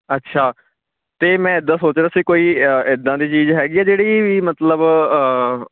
ਅੱਛਾ ਤੇ ਮੈਂ ਇੱਦਾਂ ਸੋਚਦਾ ਸੀ ਕੋਈ ਇੱਦਾਂ ਦੀ ਚੀਜ਼ ਹੈਗੀ ਹੈ ਜਿਹੜੀ ਮਤਲਬ